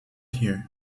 here